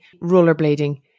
rollerblading